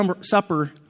Supper